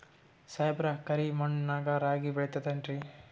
ಸಾಹೇಬ್ರ, ಕರಿ ಮಣ್ ನಾಗ ರಾಗಿ ಬೆಳಿತದೇನ್ರಿ?